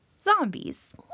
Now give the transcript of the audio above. zombies